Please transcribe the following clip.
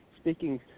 speaking